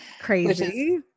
Crazy